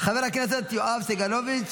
חבר הכנסת יואב סגלוביץ'